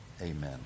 Amen